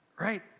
right